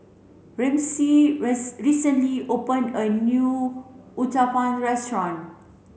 Ramsey recently opened a new Uthapam restaurant